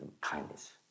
kindness